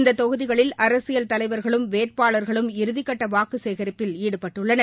இந்த தொகுதிகளில் அரசியல் தலைவர்களும் வேட்பாளர்களும் இறுதிக்கட்ட வாக்கு சேகரிப்பில் ஈடுபட்டுள்ளனர்